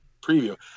preview